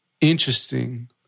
interesting